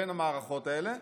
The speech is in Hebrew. בין המערכות האלה,